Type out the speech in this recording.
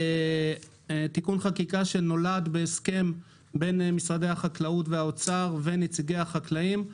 תיקון חקיקה שנולד בהסכם בין משרד החקלאות ומשרד האוצר ונציגי החקלאים,